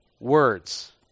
words